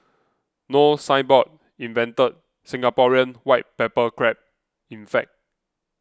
No Signboard invented Singaporean white pepper crab in fact